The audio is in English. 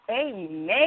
Amen